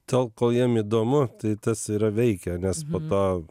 tol kol jiem įdomu tai tas yra veikia nes po to